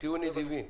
תהיו נדיבים.